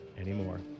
anymore